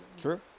true